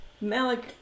Malik